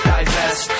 Divest